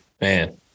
man –